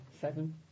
seven